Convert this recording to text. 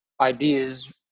ideas